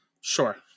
Sure